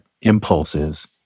impulses